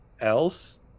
else